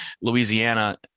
Louisiana